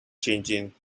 changing